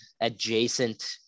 adjacent